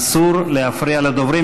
אסור להפריע לדוברים.